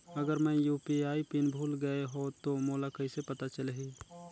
अगर मैं UPI pin भुल गये हो तो मोला कइसे पता चलही?